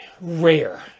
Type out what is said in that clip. rare